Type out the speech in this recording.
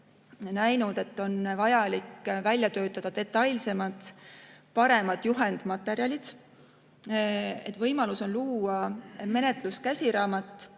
näinud, et on vaja välja töötada detailsemad, paremad juhendmaterjalid. Näiteks võiks luua menetluskäsiraamatu